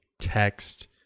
text